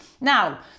Now